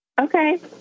Okay